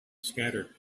scattered